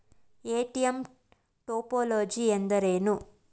ATM topology ಎಂದರೇನು?